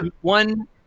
one